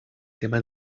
tema